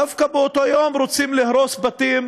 דווקא באותו יום רוצים להרוס בתים